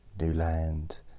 Newland